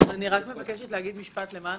למען